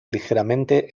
ligeramente